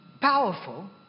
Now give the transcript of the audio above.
powerful